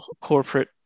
corporate